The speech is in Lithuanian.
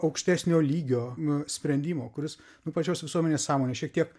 aukštesnio lygio a sprendimo kuris nu pačios visuomenės sąmonę šiek tiek